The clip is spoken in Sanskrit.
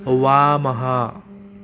वामः